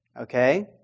Okay